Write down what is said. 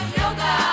yoga